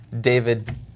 David